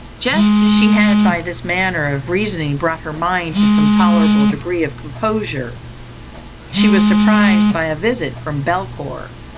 just as she had by this manner of reasoning brought her mind to some tolerable degree of composure she was surprised by a visit from belcour.